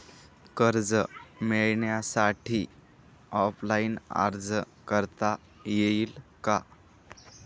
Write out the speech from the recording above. कर्ज मिळण्यासाठी ऑफलाईन अर्ज करता येईल का?